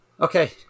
Okay